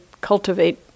cultivate